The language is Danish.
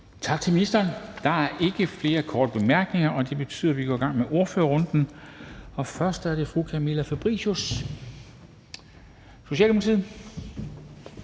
Tak til ministeren. Der er ikke flere korte bemærkninger. Så går vi i gang med ordførerrunden, og først er det fru Camilla Fabricius, Socialdemokratiet.